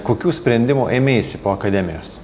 kokių sprendimų ėmeisi po akademijos